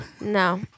no